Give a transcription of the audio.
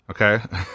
Okay